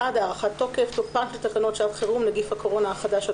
הארכת תוקף 1. תקנות שעת חירום (נגיף הקורונה החדש,